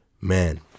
man